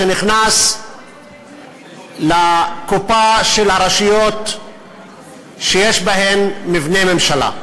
שנכנס לקופה של הרשויות שיש בהן מבני ממשלה.